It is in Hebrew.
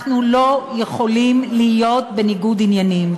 אנחנו לא יכולים להיות בניגוד עניינים.